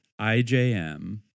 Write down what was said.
IJM